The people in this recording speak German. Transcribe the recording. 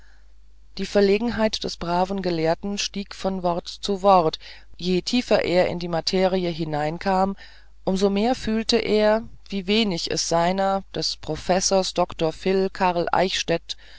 die verlegenheit des braven gelehrten stieg von wort zu wort je tiefer er in die materie hineinkam um so mehr fühlte er wie wenig es seiner des professors dr phil carl eichstädt